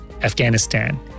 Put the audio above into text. Afghanistan